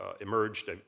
emerged